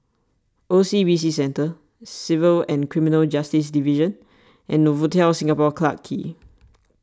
O C B C Centre Civil and Criminal Justice Division and Novotel Singapore Clarke Quay